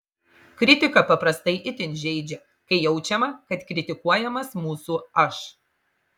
kritika paprastai itin žeidžia kai jaučiama kad kritikuojamas mūsų aš